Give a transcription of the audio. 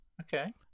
Okay